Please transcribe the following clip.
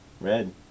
red